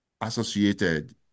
associated